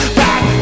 back